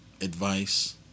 advice